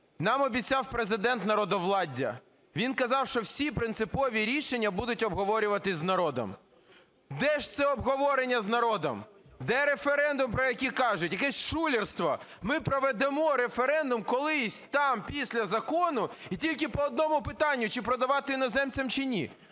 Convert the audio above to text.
Нам обіцяв Президент народовладдя, він казав, що всі принципові рішення будуть обговорюватися з народом. Де ж це обговорення з народом, де референдум, про який кажуть? Якесь шулерство. Ми проведемо референдум колись там після закону і тільки по одному питанню: чи продавати іноземцям, чи ні.